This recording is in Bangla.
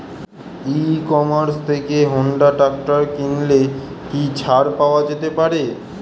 ই কমার্স থেকে হোন্ডা ট্রাকটার কিনলে কি ছাড় পাওয়া যেতে পারে?